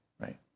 right